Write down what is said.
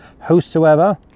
whosoever